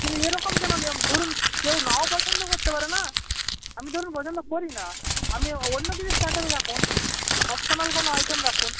এরকম কেন নিয়ম ধরুন কেউ নাও পছন্দ করতে পারে না আমি ধরুন পছন্দ করি না আপনি অন্য কিছু স্টার্টারে রাখুন অপশনাল কোনো আইটেম রাখুন